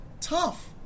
tough